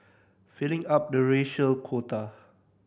filling up the racial quota